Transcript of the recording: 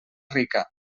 rica